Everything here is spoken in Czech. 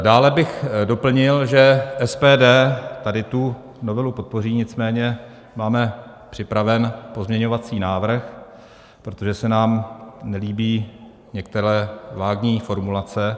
Dále bych doplnil, že SPD tu novelu podpoří, nicméně máme připraven pozměňovací návrh, protože se nám nelíbí některé vágní formulace.